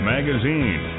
Magazine